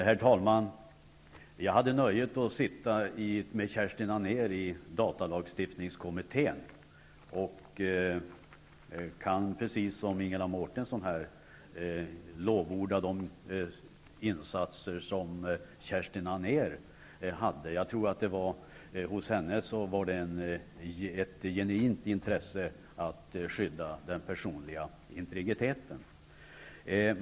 Herr talman! Jag hade nöjet att sitta med Kerstin Anér i datalagstiftningskommittén och kan precis som Ingela Mårtensson lovorda de insatser som Kerstin Anér gjorde. Hos henne fanns ett genuint intresse att skydda den personliga integriteten.